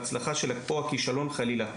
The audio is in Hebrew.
ההצלחה של זה והכישלון, חלילה,